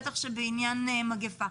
בטח בעניין מגיפה.